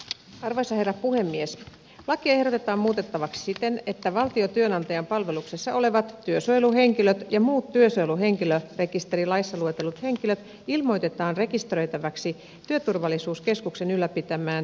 harva se herra puhemies pakertaa muutettavaksi siten että valtiotyönantajan palveluksessa olevat työsuojeluhenkilöt ja muut työsuojeluhenkilörekisterilaissa luetellut henkilöt ilmoitetaan rekisteröitäväksi työturvallisuuskeskuksen ylläpitämään työsuojeluhenkilörekisteriin